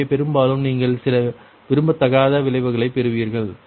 எனவே பெரும்பாலும் நீங்கள் சில விரும்பத்தகாத விளைவைப் பெறுவீர்கள்